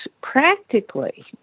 Practically